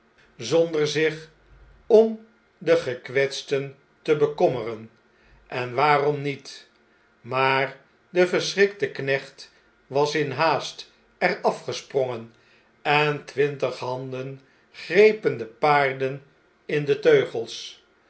zonder zich om de gekwetsten te bekommeren en waarom niet maar de verschrikte knecht was in haast er afgesprongen en twintig handen grepen de paarden in de teugels